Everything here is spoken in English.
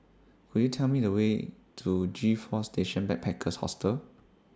Could YOU Tell Me The Way to G four Station Backpackers Hostel